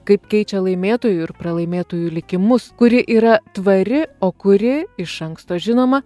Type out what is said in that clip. kaip keičia laimėtojų ir pralaimėtojų likimus kuri yra tvari o kuri iš anksto žinoma